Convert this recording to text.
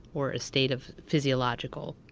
or a state of physiological?